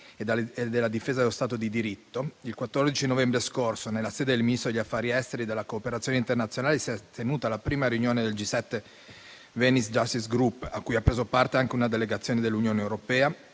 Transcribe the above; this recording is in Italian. e della difesa dello Stato di diritto, il 14 novembre scorso, nella sede del Ministero degli affari esteri e della cooperazione internazionale, si è tenuta la prima riunione del G7-Venice justice group, a cui ha preso parte anche una delegazione dell'Unione europea.